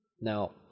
now